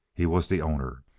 he was the owner.